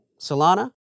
Solana